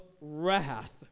wrath